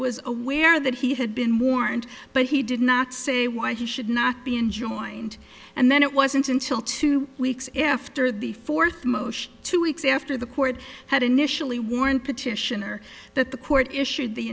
was aware that he had been warned but he did not say why he should not be enjoined and then it wasn't until two weeks after the fourth motion two weeks after the court had initially warned petitioner that court issued the